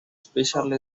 special